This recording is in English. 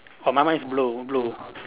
oh my one is blue blue